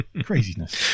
craziness